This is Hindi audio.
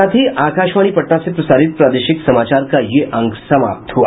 इसके साथ ही आकाशवाणी पटना से प्रसारित प्रादेशिक समाचार का ये अंक समाप्त हुआ